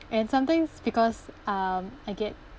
and sometimes because um I get